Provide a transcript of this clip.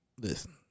listen